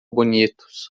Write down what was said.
bonitos